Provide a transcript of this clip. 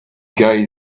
guy